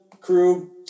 crew